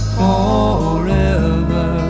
forever